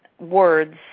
words